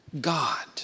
God